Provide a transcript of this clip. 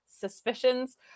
suspicions